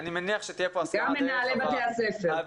גם מנהלי בתי הספר.